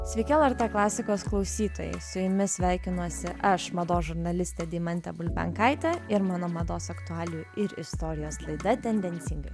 sveiki lrt klasikos klausytojai su jumis sveikinuosi aš mados žurnalistė deimantė bulbenkaitė ir mano mados aktualijų ir istorijos laida tendencingai